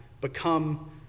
become